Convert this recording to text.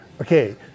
okay